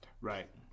Right